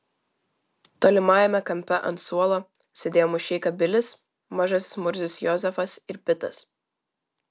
tolimajame kampe ant suolo sėdėjo mušeika bilis mažasis murzius jozefas ir pitas